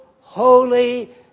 holy